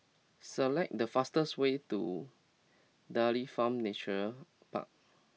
select the fastest way to Dairy Farm Nature Park